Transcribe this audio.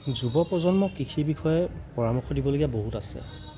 যুৱপ্ৰজন্ম কৃষিৰ বিষয়ে পৰামৰ্শ দিবলগীয়া বহুত আছে